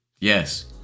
Yes